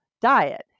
diet